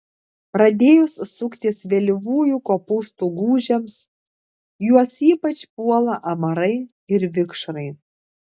pradėjus suktis vėlyvųjų kopūstų gūžėms juos ypač puola amarai ir vikšrai